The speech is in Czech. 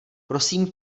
prosím